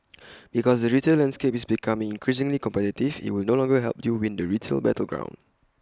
because the retail landscape is becoming increasingly competitive IT will no longer help you win the retail battleground